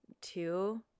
two